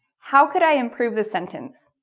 how could i improve the sentence?